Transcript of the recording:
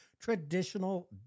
traditional